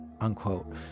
unquote